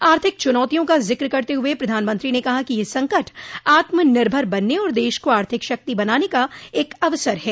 आर्थिक चुनौतियों का जिक्र करते हुए प्रधानमंत्री ने कहा कि यह संकट आत्मनिर्भर बनने और देश को आर्थिक शक्ति बनाने का एक अवसर है